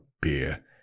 beer